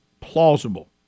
plausible